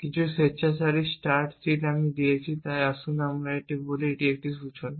কিছু স্বেচ্ছাচারী start seat আমি দিয়েছি তাই আসুন আমরা বলি এটি একটি সূচনা